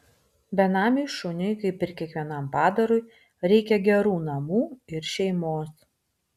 benamiui šuniui kaip ir kiekvienam padarui reikia gerų namų ir šeimos